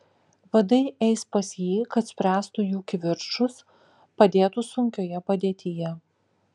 vadai eis pas jį kad spręstų jų kivirčus padėtų sunkioje padėtyje